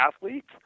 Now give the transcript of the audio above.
athletes